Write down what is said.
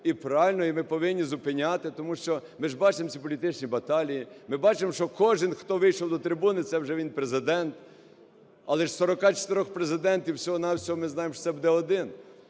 І правильно, і ми повинні зупиняти, тому що ж ми бачимо ці політичні баталії. Ми бачимо, що кожний, хто вийшов до трибуни, це вже він Президент, але ж із 44-х президентів всього-на-всього ми знаємо, що це буде один.